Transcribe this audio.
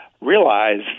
realize